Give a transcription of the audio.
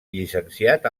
llicenciat